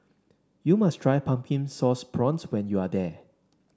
you must try Pumpkin Sauce Prawns when you are there